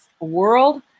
world